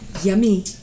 Yummy